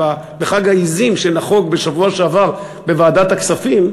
בחג העזים שנחוג בשבוע שעבר בוועדת הכספים,